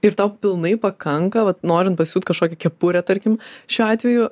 ir tau pilnai pakanka vat norint pasiūt kažkokią kepurę tarkim šiuo atveju